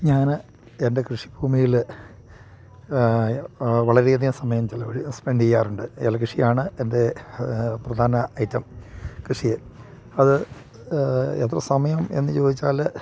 ഞാൻ എൻ്റെ കൃഷി ഭൂമിയിൽ വളരെ അധികം സമയം ചെലവഴിക്കാറുണ്ട് സ്പെൻ്റ് ചെയ്യാറുണ്ട് ഏല കൃഷിയാണ് എൻ്റെ പ്രധാന ഐറ്റം കൃഷിയിൽ അത് എത്ര സമയം എന്നു ചോദിച്ചാൽ